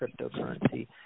cryptocurrency